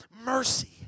mercy